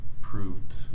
proved